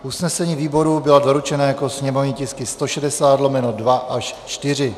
Usnesení výborů byla doručena jako sněmovní tisky 160/2 až 4.